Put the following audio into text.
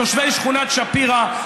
תושבי שכונת שפירא,